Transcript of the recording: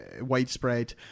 widespread